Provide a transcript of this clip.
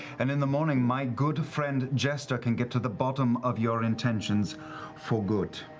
and in the morning, my good friend jester can get to the bottom of your intentions for good.